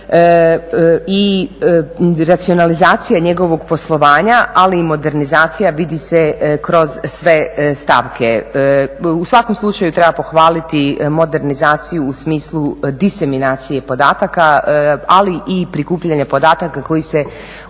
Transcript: i racionalizacija njegovog poslovanja, ali i modernizacija vidi se kroz sve stavke. U svakom slučaju treba pohvaliti modernizaciju u smislu diseminacije podataka, ali i prikupljanje podataka koji se u